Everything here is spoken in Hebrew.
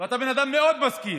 ואתה בן אדם מאוד משכיל,